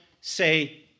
say